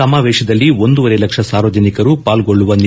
ಸಮಾವೇಶದಲ್ಲಿ ಒಂದೂವರೆ ಲಕ್ಷ ಸಾರ್ವಜನಿಕರು ಪಾಲ್ಗೊಳ್ಳಲಿದ್ದಾರೆ